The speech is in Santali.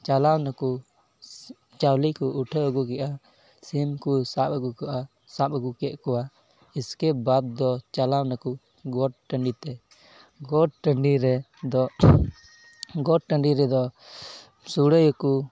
ᱪᱟᱞᱟᱣ ᱱᱟᱠᱚ ᱪᱟᱣᱞᱮ ᱠᱚ ᱩᱴᱷᱟᱹᱣ ᱟᱹᱜᱩ ᱠᱮᱫᱼᱟ ᱥᱤᱢ ᱠᱚ ᱥᱟᱵ ᱟᱹᱜᱩ ᱠᱚᱣᱟ ᱥᱟᱵ ᱟᱹᱜᱩ ᱠᱮᱫ ᱠᱚᱣᱟ ᱩᱥᱠᱮ ᱵᱟᱫ ᱫᱚ ᱪᱟᱞᱟᱣ ᱱᱟᱠᱚ ᱜᱚᱴ ᱴᱟᱺᱰᱤᱛᱮ ᱜᱚᱴ ᱴᱟᱺᱰᱤ ᱨᱮᱫᱚ ᱜᱚᱴ ᱴᱟᱺᱰᱤ ᱨᱮᱫᱚ ᱥᱳᱲᱮᱭᱟᱠᱚ